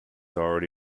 already